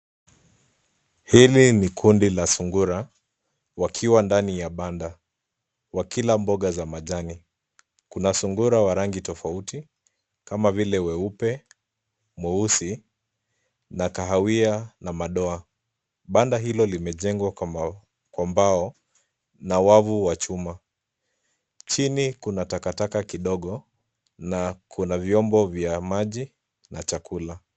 Hili ni kundi la sungura wakiwa ndani ya banda wakila mboga za majani. Kuna sungura wa rangi tofauti kama vile weupe, mweusi na kahawia na madoa. Banda hilo limejengwa kwa mbao na wavu wa chuma. Chini kuna takataka kidogo na kuna vyombo vya maji na chakula.